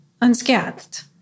unscathed